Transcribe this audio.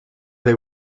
they